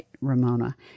Ramona